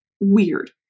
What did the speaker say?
weird